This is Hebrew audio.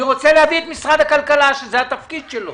אני רוצה להביא את משרד הכלכלה שזה התפקיד שלו.